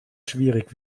schwierig